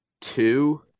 two